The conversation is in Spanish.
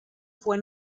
fue